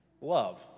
Love